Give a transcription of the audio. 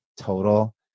total